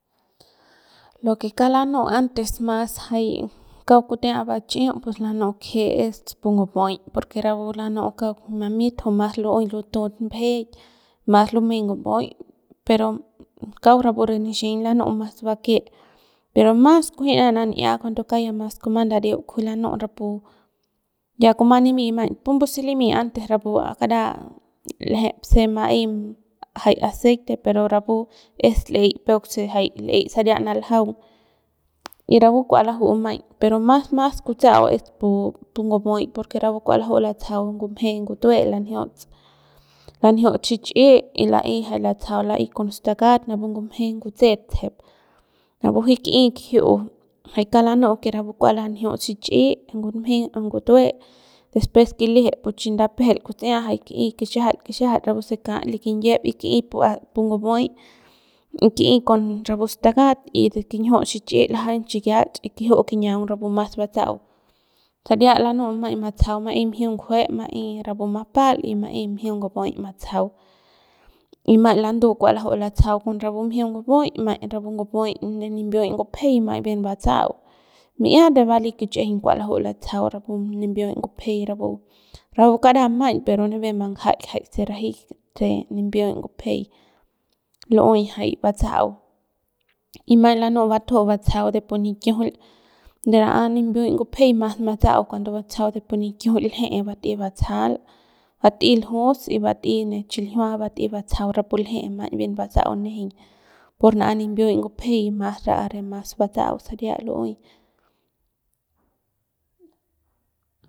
Lo que kauk lanu'u antes mas jay kauk kute'a va chi'uk pus lanu'u kje es pu ngupuiy porque rapu lanu'u kauk mamit jui mas lu'uey lutut mbejeik mas lumey ngupuy pero kauk rapu re nixiñ lanu'u mas bake pero mas kunjia nan'ia cuando kauk ya mas kuma ndariuk kujuy lanu'u rapu ya kuma nimi maiñ pum sili antes rapu kara l'ejep se ma'ey jay aceite pero rapu es l'ey peuk se jay l'ey saria naljaung y rapu kua laju'u maiñ pero mas mas kutsa'au es pu pu ngupuiy porque rapu kua laju'u latsajau ngumje ngutue lanjiuts xich'i y la'ey jay latsajau la'ey con stakat napu ngumje ngutse'et tsejep napu jiuk ki'i kijiu'u jay kauk la nu'u que rapu kua lanjiuts xich'i ngumje ngutue después klijip pu chi ndapejel kutsia jay ki'i kixiajal kixiajal rapu se ka pu kinyiep y a ki'i pu ngupuiy y ki'i con rapu stakaty de kinjiuts xich'i lajaiñ chikiach y kijiu'u kiñiaung rapu mas batsa'au saria lanu'u maiñ matsajau ma'ey mjiung ngujue ma'ey rapu mapal y ma'ey mjiung ngupuiy matsajau y maiñ landu kua laju'u latsajau con rapu mjiung ngupuiy maiñ con rapu ngupuiy de nimbiuy ngupjey maiñ bien batsa'au mi'ia de bali kichijiñ kua laju'u latsajau rapu nimbiuy ngupjey rapu rapu kara maiñ pero nipep mbanjaik jay se raji se nimbiy ngupjey lu'uey jay batsa'au y maiñ lani'u batju'u batsajau de pu nikiujul de nan'da nimbiuiy ngupjey mas matsa'au cuando batsajau de pu nikiujul lje'e bat'ey batsajaul bat'ey ljus y bat'ey ne chiljiua bat'ey batsajau rapu lje'e maiñ bien batsa'au nejeiñ por nan'a nimbiuiy ngupjey mas ran'a re mas batsa'au saria lu'uey.